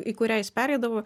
į kurią jis pereidavo